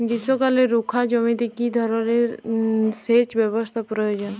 গ্রীষ্মকালে রুখা জমিতে কি ধরনের সেচ ব্যবস্থা প্রয়োজন?